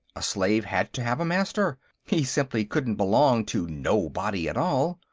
a slave had to have a master he simply couldn't belong to nobody at all.